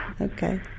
Okay